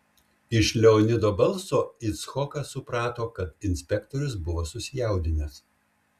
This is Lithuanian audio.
iš leonido balso icchokas suprato kad inspektorius buvo susijaudinęs